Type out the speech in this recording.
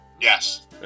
Yes